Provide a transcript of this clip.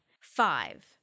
Five